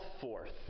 forth